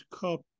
Cup